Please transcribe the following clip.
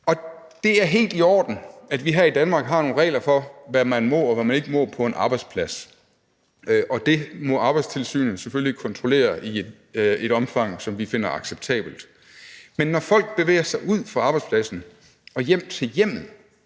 Det er helt i orden, at vi her i Danmark har nogle regler for, hvad man må og hvad man ikke må på en arbejdsplads, og det må Arbejdstilsynet selvfølgelig kontrollere i et omfang, som vi finder acceptabelt. Men at der også er et behov for at kontrollere,